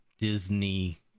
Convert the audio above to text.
disney